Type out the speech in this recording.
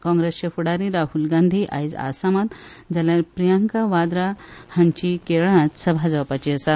काँग्रेसचे फुडारी राहल गांधी आयज आसामात जाल्यार प्रियंका वाद्रा हांची केरळात सभा जावपाची आसा